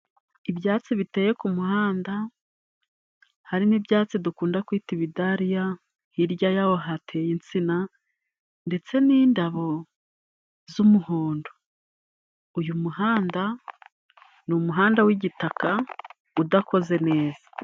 Ibyatsi biteye k'umuhanda harimo ibyatsi dukunda kwita ibidariya hirya yaho hateye insina ndetse n'indabo z'umuhondo uyu muhanda ni umuhanda wigitaka udakoze neza.